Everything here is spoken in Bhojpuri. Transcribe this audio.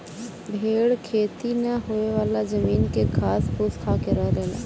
भेड़ खेती ना होयेवाला जमीन के घास फूस खाके रह लेला